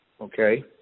Okay